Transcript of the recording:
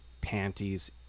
panties